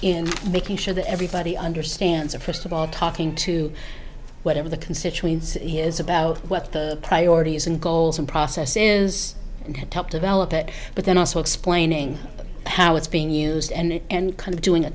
in making sure that everybody understands that first of all talking to whatever the constituency is about what the priorities and goals and process is and top develop it but then also explaining how it's being used and kind of doing